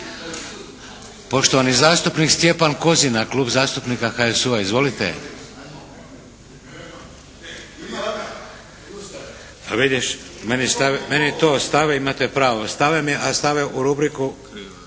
Poštovani zastupnik Stjepan Kozina, Klub zastupnika HSU-a, izvolite. Vidiš meni to stave, imate pravo. Stave mi, a stave u rubriku